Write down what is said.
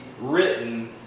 written